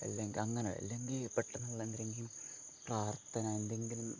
അല്ലെങ്കിൽ അങ്ങനെ അല്ലെങ്കിൽ പെട്ടന്ന് ഉള്ള എന്തരെങ്കി പ്രാർത്ഥന എന്തെങ്കിലും